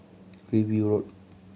Hillview Road